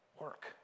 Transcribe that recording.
work